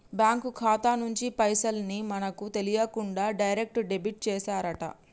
bank ఖాతా నుంచి పైసల్ ని మనకు తెలియకుండా డైరెక్ట్ డెబిట్ చేశారట